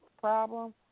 problem